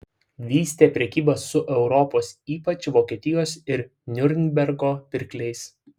vystė prekybą su europos ypač vokietijos ir niurnbergo pirkliais